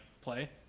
play